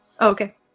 okay